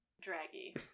draggy